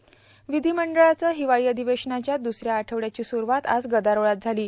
राज्य विधीमंडळ हिवाळी अधिवेशनाच्या दुसऱ्या आठवड्याची सुरुवात आज गदारोळात झालो